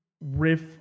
riff